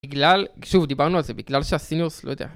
בגלל, שוב, דיברנו על זה, בגלל שהסניורס, לא יודע.